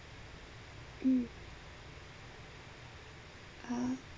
mm uh